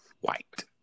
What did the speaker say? white